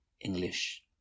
English